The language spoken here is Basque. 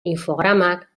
infogramak